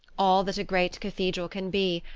all that a great cathedral can be,